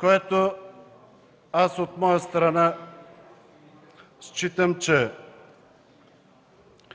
сили. Аз от своя страна считам, че